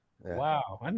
Wow